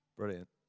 brilliant